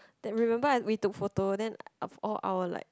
that remember we took photo then all our like